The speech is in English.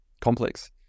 complex